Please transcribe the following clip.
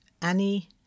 annie